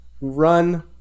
run